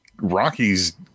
Rockies